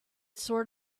sort